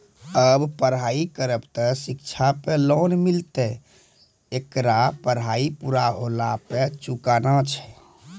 आप पराई करेव ते शिक्षा पे केना लोन मिलते येकर मे पराई पुरा होला के चुकाना छै?